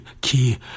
key